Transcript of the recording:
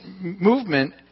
movement